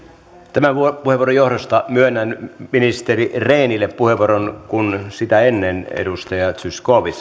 tämän puheenvuoron johdosta myönnän ministeri rehnille puheenvuoron kun sitä ennen edustaja zyskowicz